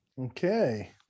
Okay